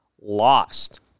lost